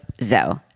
ZOE